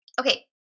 Okay